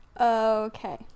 okay